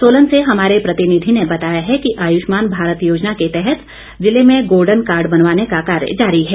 सोलन से हमारे प्रतिनिधि ने बताया है कि आयुष्मान भारत योजना के तहत जिले में गोल्डन कार्ड बनवाने का कार्य जारी है